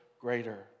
greater